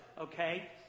Okay